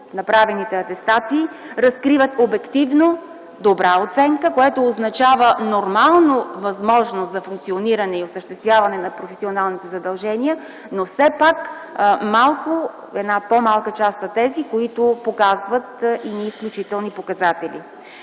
направените атестации разкриват обективно добра оценка, което означава добра възможност за функциониране и осъществяване на професионалните задължения, но по-малка част са тези, които показват изключителни показатели.